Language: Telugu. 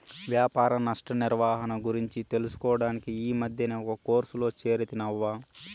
వ్యాపార నష్ట నిర్వహణ గురించి తెలుసుకోడానికి ఈ మద్దినే ఒక కోర్సులో చేరితిని అవ్వా